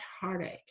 heartache